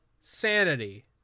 Sanity